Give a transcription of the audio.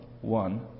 one